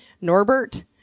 Norbert